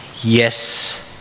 yes